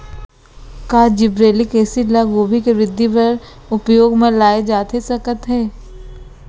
का gibberellic acid ल गोभी के वृद्धि बर उपयोग म लाये जाथे सकत हे?